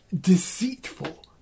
deceitful